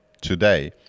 today